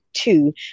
two